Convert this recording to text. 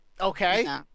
Okay